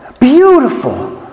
Beautiful